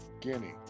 Guinea